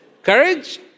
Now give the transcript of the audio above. Courage